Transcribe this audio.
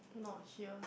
not here